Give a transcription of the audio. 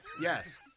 Yes